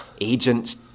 agents